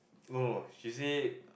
no no she said